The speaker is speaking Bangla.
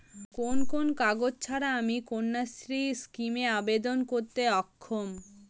কোন কোন কাগজ ছাড়া আমি কন্যাশ্রী স্কিমে আবেদন করতে অক্ষম?